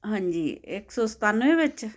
ਹਾਂਜੀ ਇੱਕ ਸੌ ਸਤਾਨਵੇਂ ਵਿੱਚ